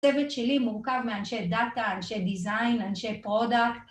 ‫הצוות שלי מורכב מאנשי דאטה, ‫אנשי דיזיין, אנשי פרודקט.